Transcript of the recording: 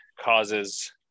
causes